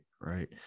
right